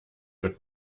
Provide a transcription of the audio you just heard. wird